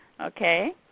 Okay